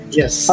yes